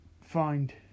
find